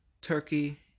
Turkey